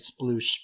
sploosh